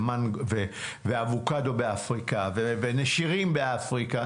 אבוקדו באפריקה ונשירים באפריקה,